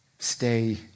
Stay